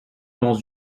dans